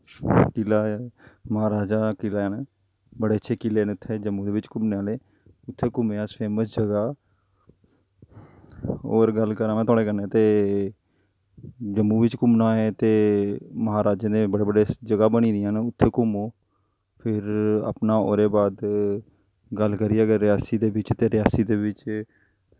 कि'ला ऐ महाराजा दे किले न बड़े अच्छे किले न इत्थें जम्मू दे बिच्च घूमने आह्ले उत्थें घूमे अस फेमस जगह् होर गल्लां करां तोआड़े कन्नै ते जम्मू बिच्च घूमना ऐ ते महाराजा दियां बड़ी बड़ी जगह् बनी दियां न उत्थें घूमो फिर अपना ओह्दे बाद गल्ल करचै रियासी दे बिच्च ते रियासी दे बिच्च